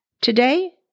Today